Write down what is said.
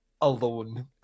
alone